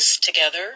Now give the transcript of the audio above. together